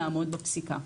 לעמוד בפסיקה.